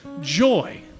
joy